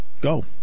Go